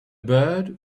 bird